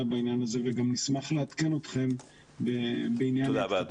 בעניין הזה ונשמח לעדכן אתכם -- תודה רבה.